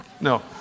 No